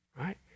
right